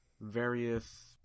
various